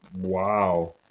Wow